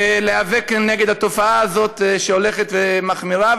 להיאבק כנגד התופעה הזאת, שהולכת ומחמירה.